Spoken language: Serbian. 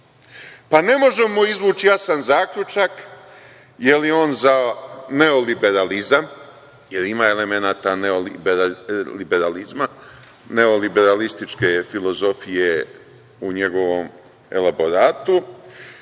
pa ne možemo izvući jasan zaključak je li on za neoliberalizam, jer ima elemenata neoliberalističke filozofije u njegovom elaboratu,